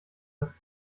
das